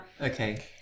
okay